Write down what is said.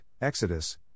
Exodus